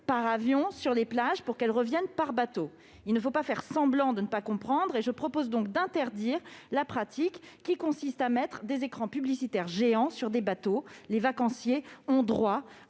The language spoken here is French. par avion sur les plages pour qu'elle revienne par bateau. Il ne faut pas faire semblant de ne pas comprendre. Je propose donc d'interdire la pratique qui consiste à mettre des écrans publicitaires géants sur des bateaux. Les vacanciers ont droit